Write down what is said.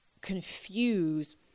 confuse